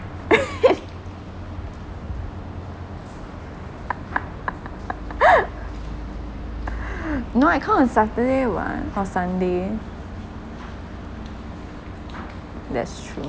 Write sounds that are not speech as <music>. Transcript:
<laughs> <breath> no I come on Saturday [what] or Sunday that's true